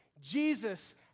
Jesus